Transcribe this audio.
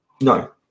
No